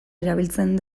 erabiltzen